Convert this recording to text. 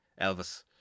Elvis